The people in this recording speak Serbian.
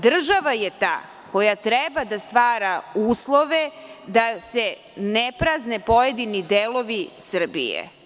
Država je ta koja treba da stvara uslove da se ne prazne pojedini delovi Srbije.